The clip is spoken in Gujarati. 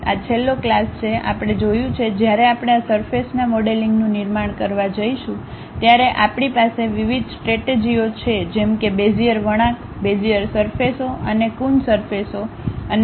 આ છેલ્લો ક્લાસ છે આપણે જોયું છે જ્યારે આપણે આ સરફેસના મોડેલિંગનું નિર્માણ કરવા જઈશું ત્યારે આપણી પાસે વિવિધ સ્ટ્રેટરજીઓ છે જેમ કે બેઝિયર વળાંક બેઝિયર સરફેસઓ અને કુન સરફેસઓ અને તેથી વધુ